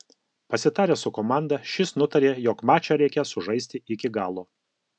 pasitaręs su komanda šis nutarė jog mačą reikia sužaisti iki galo